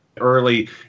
early